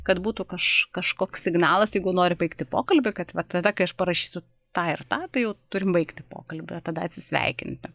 kad būtų kaš kažkoks signalas jeigu nori baigti pokalbį kad va tada kai aš parašysiu tą ir tą tai jau turim baigti pokalbį ir tada atsisveikinti